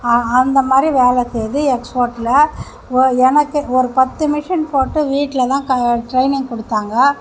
அந்தமாதிரி வேலை செய்து எக்ஸ்போர்ட்டில் எனக்கு ஒரு பத்து மெஷின் போட்டு வீட்டில் தான் ட்ரைனிங் கொடுத்தாங்க